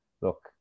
look